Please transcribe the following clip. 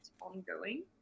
ongoing